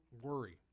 worry